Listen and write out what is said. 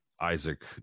Isaac